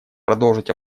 продолжить